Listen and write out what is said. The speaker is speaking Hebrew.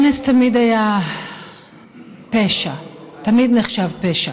אונס תמיד היה פשע, תמיד נחשב פשע,